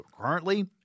currently